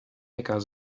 hacker